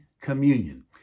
Communion